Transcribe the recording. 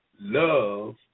Love